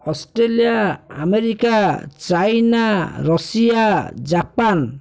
Australia America China Russia Japan